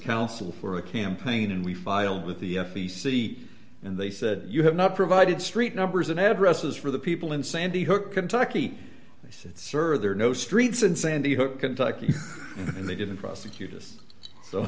counsel for a campaign and we filed with the f e c and they said you have not provided street numbers and addresses for the people in sandy hook kentucky they said sure there are no streets in sandy hook kentucky and they didn't prosecut